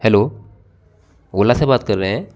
hello Ola से बात कर रहे हैं